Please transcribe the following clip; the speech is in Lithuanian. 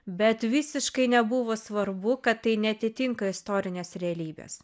bet visiškai nebuvo svarbu kad tai neatitinka istorinės realybės